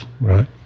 Right